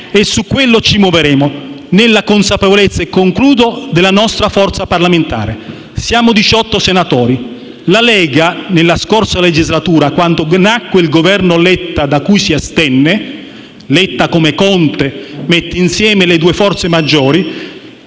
e su quello ci muoveremo, nella consapevolezza della nostra forza parlamentare. Siamo 18 senatori; la Lega, nella scorsa legislatura, quando nacque il Governo Letta - Letta, come Conte, mise insieme le due forze maggiori